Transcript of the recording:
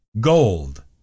Gold